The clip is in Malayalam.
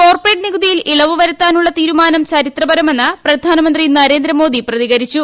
കോർപ്പറേറ്റ് നികുതിയിൽ ഇളവ് വരുത്താനുള്ള തീരുമാനം ചരിത്രപരമെന്ന് പ്രധാനമന്ത്രി നരേന്ദ്രമോദി പ്രതികരിച്ചു